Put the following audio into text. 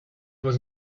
was